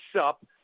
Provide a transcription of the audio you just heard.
up